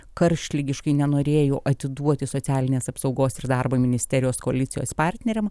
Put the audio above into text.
karštligiškai nenorėjo atiduoti socialinės apsaugos ir darbo ministerijos koalicijos partneriam